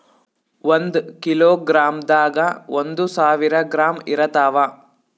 ಒಂದ್ ಕಿಲೋಗ್ರಾಂದಾಗ ಒಂದು ಸಾವಿರ ಗ್ರಾಂ ಇರತಾವ